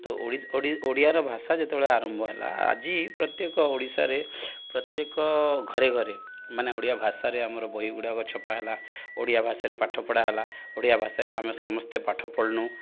ତ ଓ ଓଡ଼ିଆର ଭାଷା ଯେତେବେଳେ ଆରମ୍ଭ ହେଲା ଆଜି ପ୍ରତ୍ୟେକ ଓଡ଼ିଶାରେ ପ୍ରତ୍ୟେକ ଘରେ ଘରେ ମାନେ ଓଡ଼ିଆ ଭାଷାରେ ଆମର ବହି ଗୁଡ଼ାକ ଛପା ହେଲା ଓଡ଼ିଆ ଭାଷାରେ ପାଠପଢ଼ା ହେଲା ଓଡ଼ିଆ ଭାଷାରେ ଆମେ ସମସ୍ତେ ପାଠ ପଢ଼ିଲୁ